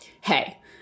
Hey